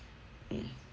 mm